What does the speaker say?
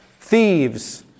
thieves